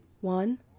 One